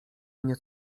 mnie